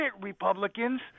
Republicans